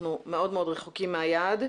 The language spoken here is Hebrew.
אנחנו מאוד-מאוד רחוקים מהיעד,